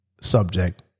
subject